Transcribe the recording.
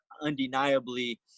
undeniably